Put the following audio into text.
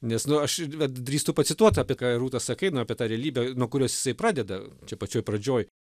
nes nu aš vat drįstų pacituot apie ką ir rūta sakai na apie tą realybę nuo kurios jisai pradeda čia pačioj pradžioj